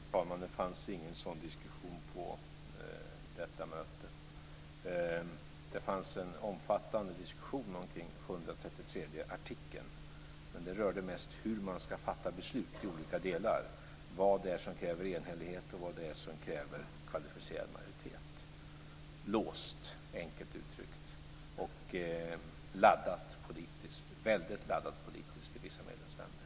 Fru talman! Det fördes ingen sådan diskussion på detta möte. Det var en omfattande diskussion om artikel 133, men den rörde mest hur man ska fatta beslut i olika delar, vad som kräver enhällighet och vad som kräver kvalificerad majoritet. Det var låst, enkelt uttryckt, och politiskt laddat - väldigt politiskt laddat för vissa medlemsländer.